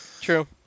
true